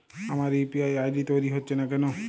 আমার UPI ID তৈরি হচ্ছে না কেনো?